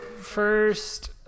first